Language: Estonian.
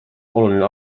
oluline